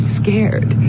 scared